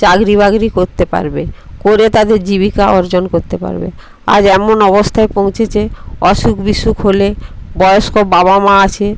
চাকরি বাকরি করতে পারবে করে তাদের জীবিকা অর্জন করতে পারবে আজ এমন অবস্থায় পৌঁছেছে অসুখ বিসুখ হলে বয়স্ক বাবা মা আছে